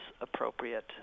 appropriate